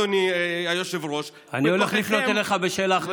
אדוני היושב-ראש אני הולך לפנות אליך בשאלה אחרת,